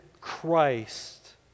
Christ